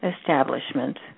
establishment